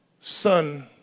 son